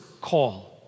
call